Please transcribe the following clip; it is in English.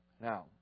Now